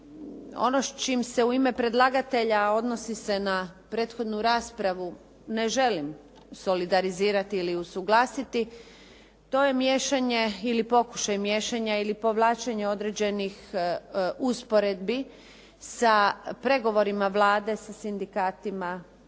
Ono s čim se u ime predlagatelja, a odnosi se na prethodnu raspravu ne želim solidarizirati ili usuglasiti, to je miješanje ili pokušaj miješanja ili povlačenja određenih usporedbi sa pregovorima Vlade, sa sindikatima